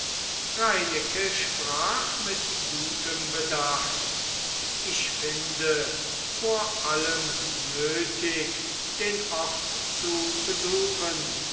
reineke sprach mit gutem bedacht ich finde vor allem nötig den ort zu besuchen